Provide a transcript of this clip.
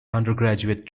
undergraduate